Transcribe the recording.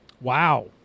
wow